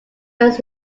first